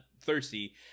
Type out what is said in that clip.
thirsty